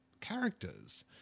characters